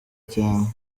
cyane